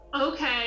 okay